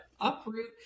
uproot